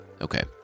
Okay